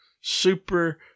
super